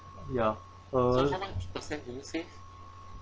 ya uh